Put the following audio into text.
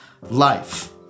life